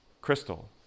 crystal